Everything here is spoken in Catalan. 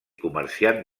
comerciant